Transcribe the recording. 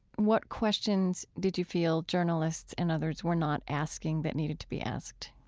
what questions did you feel journalists and others were not asking that needed to be asked?